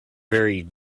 very